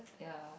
ya